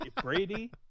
Brady